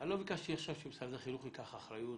לא ביקשתי שמשרד החינוך ייקח אחריות